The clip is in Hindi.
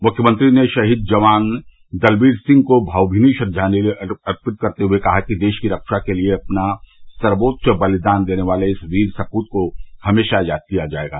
मुख्यमंत्री ने शहीद जवान दलबीर सिंह को भावमीनी श्रद्दांजलि अर्पित करते हुए कहा कि देश की रक्षा के लिए अपना सर्वोच्च बलिदान देने वाले इस वीर सपृत को हमेशा याद किया जायेगा